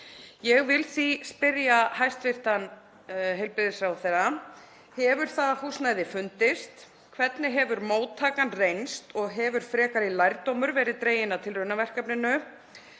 Ég vil því spyrja hæstv. heilbrigðisráðherra: Hefur það húsnæði fundist? Hvernig hefur móttakan reynst og hefur frekari lærdómur verið dreginn af tilraunaverkefninu?